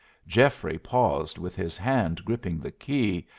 geoffrey paused with his hand gripping the key,